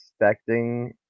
expecting